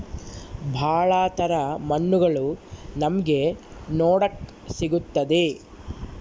ಭಾಳ ತರ ಮಣ್ಣುಗಳು ನಮ್ಗೆ ನೋಡಕ್ ಸಿಗುತ್ತದೆ